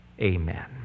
Amen